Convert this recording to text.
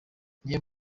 niyo